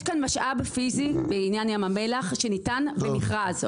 יש כאן משאב פיזי בעניין ים המלח שניתן במכרז,